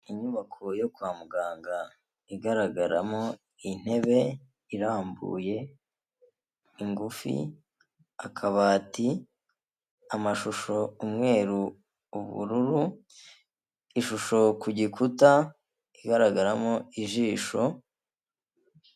Inyubako yo kwa muganga igaragaramo intebe irambuye, ingufi, akabati, amashusho, umweru, ubururu, ishusho ku gikuta igaragaramo ijisho.